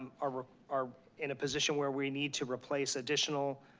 are ah are in a position where we need to replace additional